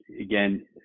again